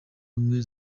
ubumwe